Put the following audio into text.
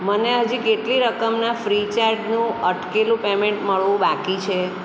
મને હજી કેટલી રકમનાં ફ્રીચાર્જનું અટકેલું પેમેંટ મળવું બાકી છે